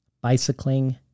bicycling